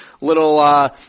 little